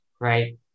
right